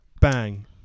Bang